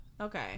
Okay